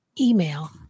email